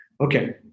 Okay